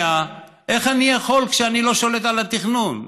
איך אני יכול כשאני לא שולט על התכנון?